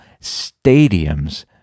stadiums